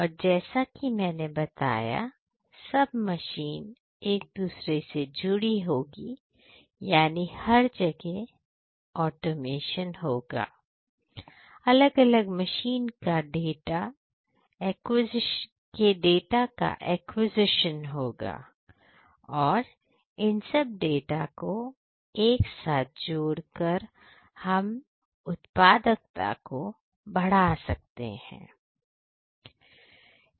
और जैसा कि मैंने बताया सब मशीन एक दूसरे से जुड़ी हुई होंगी यानी हर जगह ऑटोमेशन होगा अलग अलग मशीन के डाटा का एक्विजिशन होगा इन सब डाटा को एक साथ जोड़कर हम उत्पादकता को बढ़ा सकते हैं